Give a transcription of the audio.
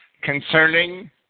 concerning